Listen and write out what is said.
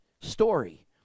story